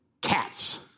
cats